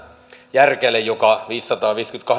järkäle joka viisisataaviisikymmentäkahdeksan